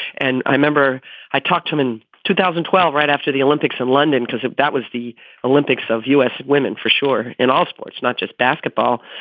and i remember i talked to him in two thousand and twelve right after the olympics in london, because if that was the olympics of u s. women for sure in all sports, not just basketball.